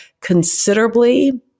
considerably